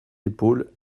épaules